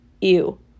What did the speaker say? Ew